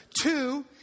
Two